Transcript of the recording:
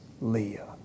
Leah